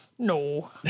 No